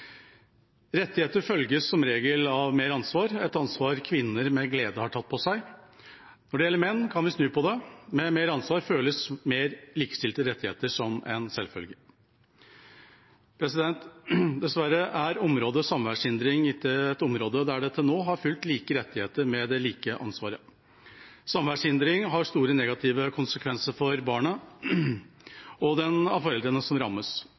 Rettigheter følges som regel av mer ansvar, et ansvar kvinner med glede har tatt på seg. Når det gjelder menn, kan vi snu på det: Med mer ansvar føles mer likestilte rettigheter som en selvfølge. Dessverre er området samværshindring et område der det til nå har fulgt like rettigheter med det like ansvaret. Samværshindring har store negative konsekvenser for barnet og den av foreldrene som rammes.